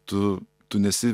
tu tu nesi